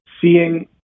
seeing